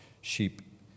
sheep